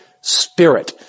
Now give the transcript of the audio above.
Spirit